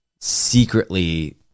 secretly